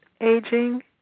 aging